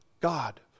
God